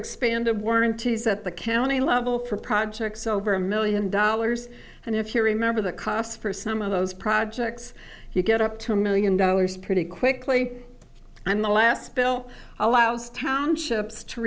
expanded warranties at the county level for projects over a million dollars and if you remember the costs for some of those projects you get up to a million dollars pretty quickly and the last bill allows townships to